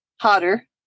hotter